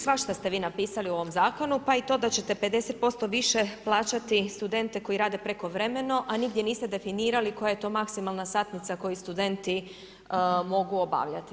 Svašta ste vi napisali u ovom zakonu pa i to da ćete 50% više plaćati studente koji rade prekovremeno, a nigdje niste definirali koja je to maksimalna satnica koju studenti mogu obavljati.